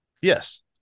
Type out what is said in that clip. yes